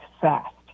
fast